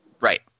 Right